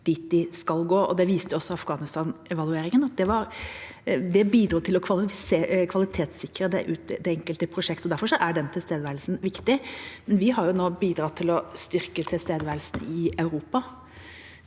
kjønnsnøytrale titler) stan-evalueringen. Det bidro til å kvalitetssikre det enkelte prosjektet. Derfor er den tilstedeværelsen viktig. Vi har nå bidratt til å styrke tilstedeværelsen i Europa